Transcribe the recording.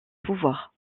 pouvoir